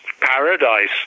paradise